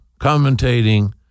commentating